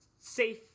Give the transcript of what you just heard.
safe